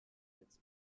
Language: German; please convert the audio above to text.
als